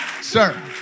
sir